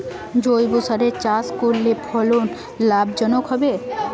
জৈবসারে চাষ করলে ফলন লাভজনক হবে?